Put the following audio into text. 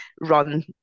run